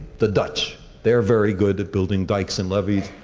the dutch. they are very good at building dikes and levees.